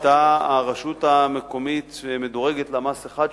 שהיתה רשות מקומית המדורגת למ"ס 1,